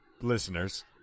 listeners